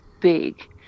big